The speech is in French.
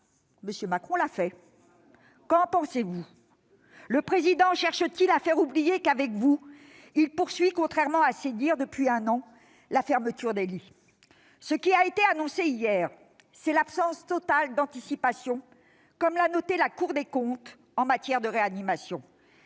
M. Macron l'a fait. Qu'en pensez-vous ? Le Président cherche-t-il à faire oublier qu'avec vous il poursuit, contrairement à ses dires depuis un an, la fermeture des lits ? Ce qui a été annoncé hier, c'est l'absence totale d'anticipation, soulignée par la Cour des comptes, en matière de réanimation.